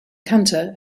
cantor